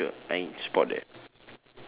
okay sure I spot that